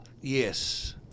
Yes